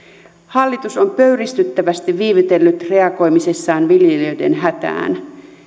hallitus on pöyristyttävästi viivytellyt reagoimisessaan viljelijöiden hätään